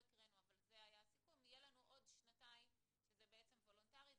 הסיכום היה שיהיו לנו עוד שנתיים שזה וולונטרי.